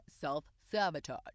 self-sabotage